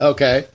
Okay